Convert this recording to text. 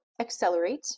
accelerate